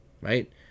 Right